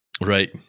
Right